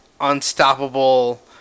unstoppable